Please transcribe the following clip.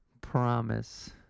promise